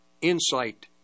insight